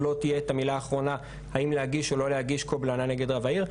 שלו תהיה המילה האחרונה האם להגיש או לא להגיש קובלנה נגד רב העיר.